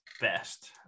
best